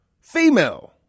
female